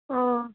हूँ